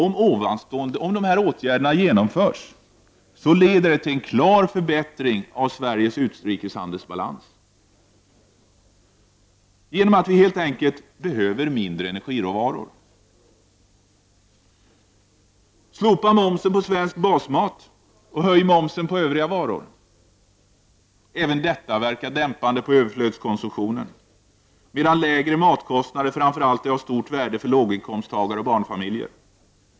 Om de här åtgärderna genomförs, leder detta till en klar förbättring av Sveriges utrikeshandelsbalans genom att vi helt enkelt behöver mindre energiråvaror. Slopa momsen på svensk basmat och höj momsen på övriga varor. Även detta verkar dämpande på överflödskonsumtionen medan lägre matkostnader framför allt är av stort värde för låginkomsttagare och barnfamiljer.